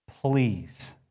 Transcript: Please